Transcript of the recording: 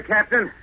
Captain